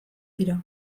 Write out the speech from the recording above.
dira